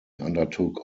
undertook